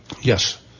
Yes